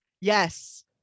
yes